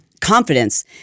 confidence